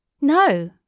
No